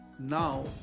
now